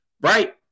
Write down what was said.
right